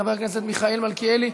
חבר הכנסת מיכאל מלכיאלי,